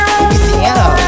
Louisiana